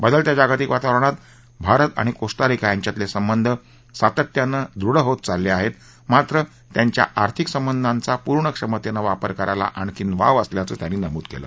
बदलत्या जगतिक वातावरणात भारत आणि कोस्टारिका यांच्यातले संबंध सातत्यानं दृढ होत चालले आहेत मात्र त्यांच्या आर्थिक संबंधांचा पूर्ण क्षमतेनं वापर करायला आणखी वाव असल्याचं त्यांनी नमूद केलं